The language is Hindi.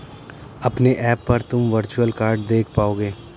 अपने ऐप पर तुम वर्चुअल कार्ड देख पाओगे